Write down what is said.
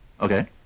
Okay